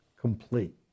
complete